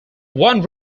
one